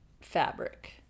fabric